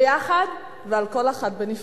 ביחד ועל כל אחת בנפרד.